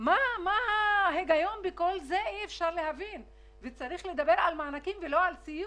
אי אפשר להבין מה ההיגיון בכל זה וצריך לדבר על מענקים ולא על סיוע.